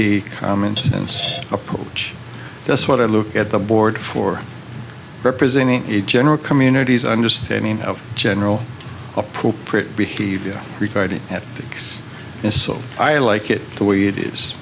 the commonsense approach that's what i look at the board for representing the general communities understanding of general appropriate behavior regarding that and so i like it the way it is